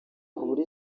buryo